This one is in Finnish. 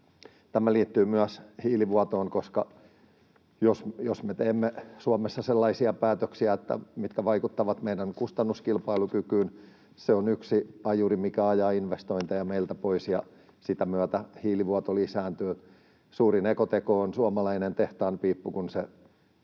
Tämä liittyy myös hiilivuotoon. Jos me teemme Suomessa sellaisia päätöksiä, mitkä vaikuttavat meidän kustannuskilpailukykyyn, se on yksi ajuri, mikä ajaa investointeja meiltä pois, ja sitä myötä hiilivuoto lisääntyy. Suurin ekoteko on suomalainen tehtaanpiippu, kun